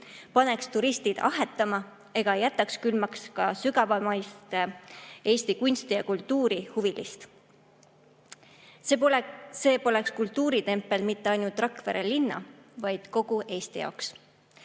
paneks turistid ahhetama ega jätaks külmaks ka Eesti kunsti- ja kultuurihuvilisi. See poleks kultuuritempel mitte ainult Rakvere linna, vaid kogu Eesti jaoks.